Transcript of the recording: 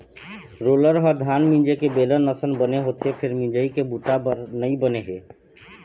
roller ह धान मिंजे के बेलन असन बने होथे फेर मिंजई के बूता बर नइ बने हे